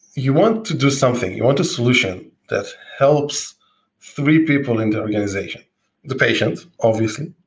you want to do something, you want a solution that helps three people in the organization the patient obviously,